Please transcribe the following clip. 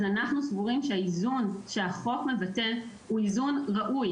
אנחנו סבורים שהאיזון שהחוק מבטא הוא איזון ראוי